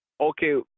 Okay